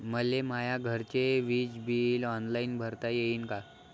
मले माया घरचे विज बिल ऑनलाईन भरता येईन का?